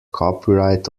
copyright